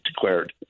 declared